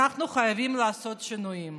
אנחנו חייבים לעשות שינויים.